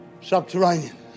Subterranean